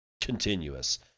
continuous